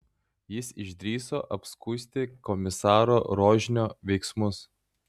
jis išdrįso apskųsti komisaro rožnio veiksmus